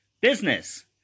Business